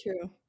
true